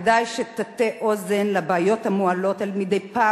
כדאי שתטה אוזן לבעיות המועלות מדי פעם